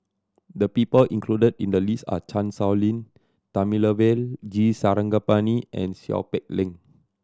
the people included in the list are Chan Sow Lin Thamizhavel G Sarangapani and Seow Peck Leng